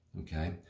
okay